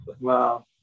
Wow